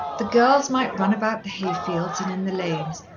the girls might run about the hay-fields and in the lanes,